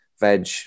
veg